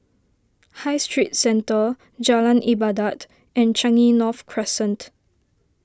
High Street Centre Jalan Ibadat and Changi North Crescent